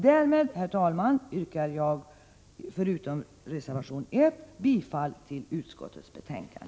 Därmed, herr talman, yrkar jag bifall till reservation 1 och i övrigt till utskottets hemställan.